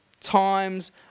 times